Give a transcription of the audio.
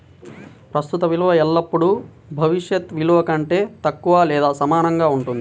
ప్రస్తుత విలువ ఎల్లప్పుడూ భవిష్యత్ విలువ కంటే తక్కువగా లేదా సమానంగా ఉంటుంది